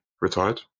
retired